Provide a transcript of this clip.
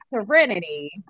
Serenity